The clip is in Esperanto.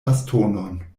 bastonon